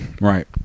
Right